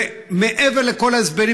ומעבר לכל ההסברים,